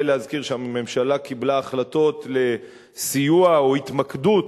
להזכיר שהממשלה קיבלה החלטות על סיוע או התמקדות,